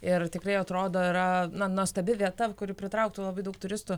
ir tikrai atrodo yra na nuostabi vieta kuri pritrauktų labai daug turistų